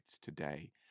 today